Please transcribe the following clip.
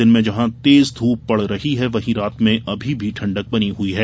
दिन में जहां तेज ध्रप पड़ रही है वहीं रात में अभी भी ठण्डक बनी हुई है